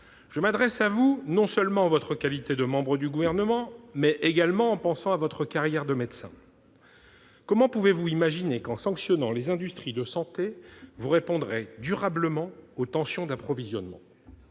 je m'adresse à vous en votre qualité de membre du Gouvernement, mais également en pensant à votre carrière de médecin. Comment pouvez-vous imaginer qu'en sanctionnant les industries de santé vous répondrez durablement aux tensions d'approvisionnement ?